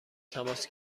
تماس